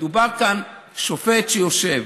מדובר כאן בשופט שיושב,